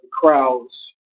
crowds